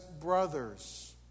brothers